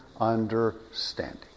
understanding